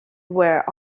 were